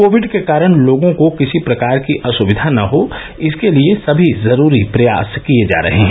Covid के कारण लोगों को किसी प्रकार की असुविधा न हो इसके लिये सभी जरूरी प्रयास किये जा रहे हैं